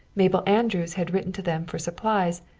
mabel andrews had written to them for supplies,